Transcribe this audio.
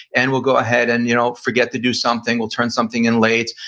and we'll go ahead and you know forget to do something, we'll turn something in late,